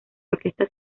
orquesta